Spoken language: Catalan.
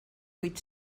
vuit